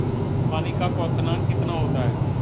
पानी का क्वथनांक कितना होता है?